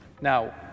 Now